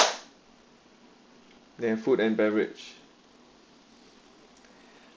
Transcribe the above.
their food and beverage